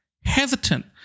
hesitant